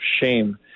shame